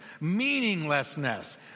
meaninglessness